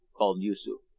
called yoosoof,